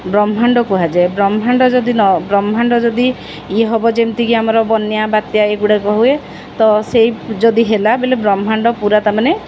ବ୍ରହ୍ମାଣ୍ଡ କୁହାଯାଏ ବ୍ରହ୍ମାଣ୍ଡ ଯଦି ନ ବ୍ରହ୍ମାଣ୍ଡ ଯଦି ଇଏ ହେବ ଯେମିତିକି ଆମର ବନ୍ୟା ବାତ୍ୟା ଏଗୁଡ଼ାକ ହୁଏ ତ ସେଇ ଯଦି ହେଲା ବଇଲେ ବ୍ରହ୍ମାଣ୍ଡ ପୁରା ତା ମାନେ